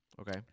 Okay